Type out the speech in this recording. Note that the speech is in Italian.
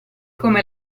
come